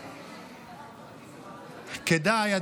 כדאי,